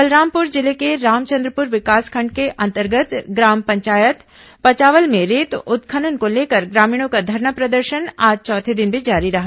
बलरामपुर जिले के रामचंद्रपुर विकासखंड के अंतर्गत ग्राम पंचायत पचावल में रेत उत्खनन को लेकर ग्रामीणों का धरना प्रदर्शन आज चौथे दिन भी जारी रहा